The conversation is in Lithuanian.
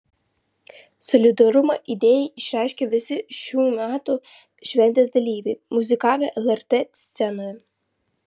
solidarumą idėjai išreiškė visi šių metų šventės dalyviai muzikavę lrt scenoje